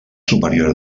superior